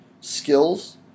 skills